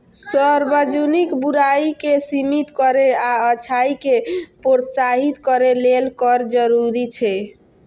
सार्वजनिक बुराइ कें सीमित करै आ अच्छाइ कें प्रोत्साहित करै लेल कर जरूरी छै